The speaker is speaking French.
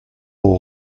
aux